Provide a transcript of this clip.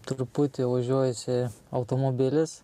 truputį ožiuojasi automobilis